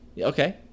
Okay